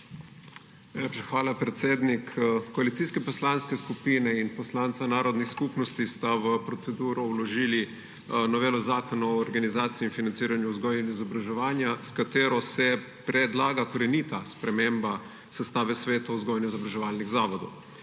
hvala, predsednik. Koalicijske poslanke skupine in poslanca narodnih skupnosti so v proceduro vložili novelo Zakona o organizaciji in financiranju vzgoje in izobraževanja, s katero se predlaga korenita sprememba sestave svetov vzgojno-izobraževalnih zavodov.